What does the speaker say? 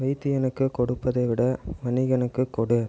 வைத்தியனுக்கு கொடுப்பதை விட வணிகனுக்கு கொடு